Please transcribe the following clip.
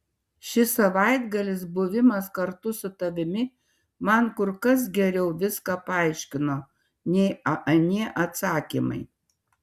šis savaitgalis buvimas kartu su tavimi man kur kas geriau viską paaiškino nei anie atsakymai